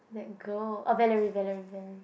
that girl oh Bellerina Bellerina Bellerina